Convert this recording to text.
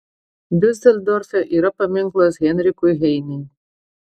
diuseldorfe yra paminklas heinrichui heinei